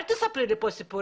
אל תספרי לי פה סיפורים,